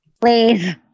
Please